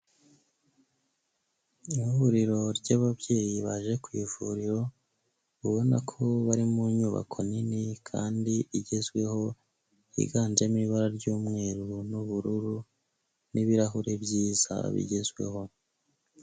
Ihuriro ry'ababyeyi baje ku ivuriro, ubona ko bari mu nyubako nini kandi igezweho yiganjemo ibara ry'umweru n'ubururu n'ibirahuri byiza bigezweho.